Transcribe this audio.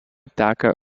teka